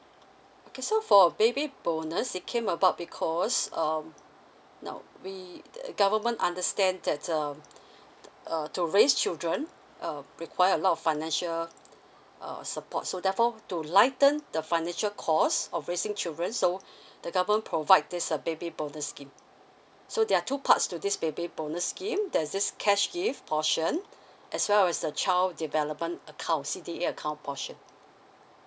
okay so for baby bonus it came about because um now we government understand that um uh to raise children uh require a lot of financial uh support so therefore to lighten the financial cost of raising children so the government provide these uh baby bonus scheme so there are two parts to this baby bonus scheme that's this cash gift portion as well as the child development account C_D_A account portion